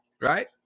Right